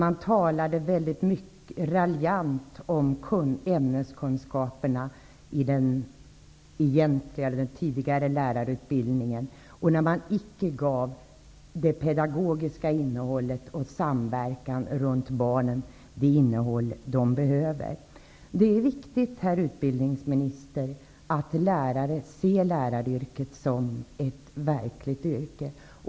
Då talades det raljant om ämneskunskaperna i den tidigare lärarutbildningen och det pedagogiska innehållet och samverkan runt barnen gavs då icke den omfattning som behövdes. Det är viktigt, herr utbildningsminister, att lärarna ser läraryrket som ett verkligt yrke.